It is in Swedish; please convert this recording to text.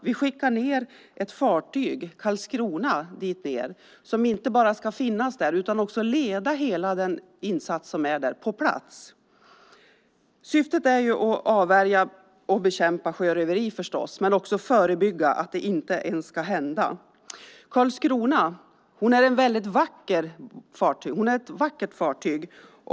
Vi skickar ned ett fartyg, Carlskrona, som inte bara ska finnas där utan också leda hela den insats som är på plats. Syftet är förstås att avvärja och bekämpa sjöröveri men också att förebygga så att det inte ens ska hända. Carlskrona är ett väldigt vackert fartyg.